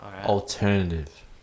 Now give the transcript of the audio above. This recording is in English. alternative